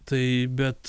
tai bet